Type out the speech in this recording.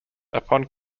upon